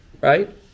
right